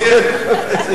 מסכן.